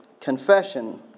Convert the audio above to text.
confession